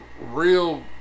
Real